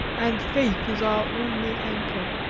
and faith is our only anchor.